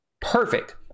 perfect